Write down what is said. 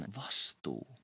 vastuu